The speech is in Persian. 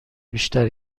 بیشتر